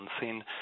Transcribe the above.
unseen